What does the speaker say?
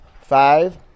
Five